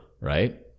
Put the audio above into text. right